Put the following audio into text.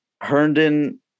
Herndon